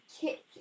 kick